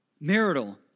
marital